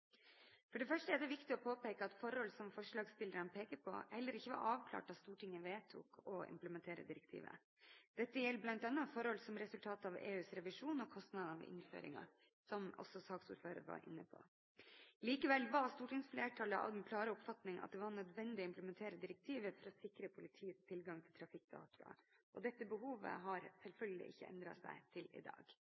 For det første er det viktig å påpeke at forhold som forslagsstillerne peker på, heller ikke var avklart da Stortinget vedtok å implementere direktivet. Dette gjelder bl.a. forhold som resultatet av EUs revisjon og kostnader ved innføringen, som også saksordføreren var inne på. Likevel var stortingsflertallet av den klare oppfatning at det var nødvendig å implementere direktivet for å sikre politiets tilgang til trafikkdata, og dette behovet har